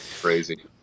Crazy